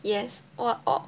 yes or or